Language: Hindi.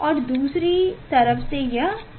और दूसरी तरफ से यह R होगा